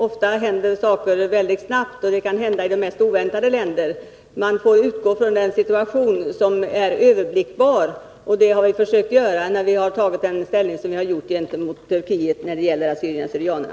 Ofta händer saker och ting mycket snabbt, och de kan hända i de mest oväntade länder. Man får därför utgå från den situation som är överblickbar, och det har vi också försökt göra då vi tagit ställning när det gäller Turkiet och assyrierna/syrianerna.